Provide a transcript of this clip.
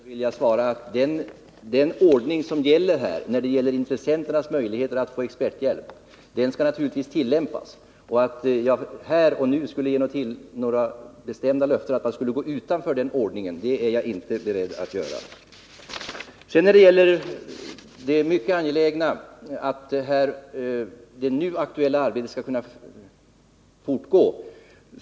Herr talman! På den sista frågan vill jag svara att den ordning som gäller för intressenternas möjligheter att få experthjälp naturligtvis skall tillämpas. Jag är inte beredd att här och nu avge några bestämda löften om att man skall gå utanför den ordningen. Det är mycket angeläget att de nu aktuella arbetena kan fortgå.